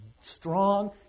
strong